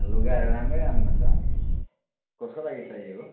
लुगाहरू राम्रै राम्रो छ कसको लागि चाहिएको